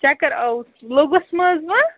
چَکر آوُس لوٚگُس مہٕ حظ وۅنۍ